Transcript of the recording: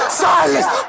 silence